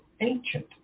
ancient